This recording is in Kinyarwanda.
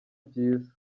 byiza